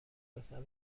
پسر